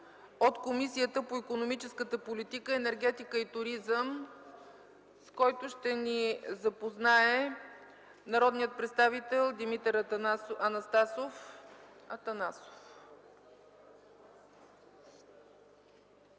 от Комисията по икономическата политика, енергетика и туризъм, с който ще ни запознае народният представител Димитър Атанасов.